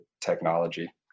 technology